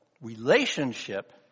relationship